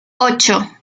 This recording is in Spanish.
ocho